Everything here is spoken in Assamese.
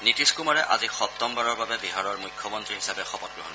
নীতিশ কুমাৰে আজি সপ্তমবাৰৰ বাবে বিহাৰৰ মুখ্যমন্ত্ৰী হিচাপে শপতগ্ৰহণ কৰিব